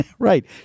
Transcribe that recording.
Right